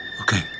Okay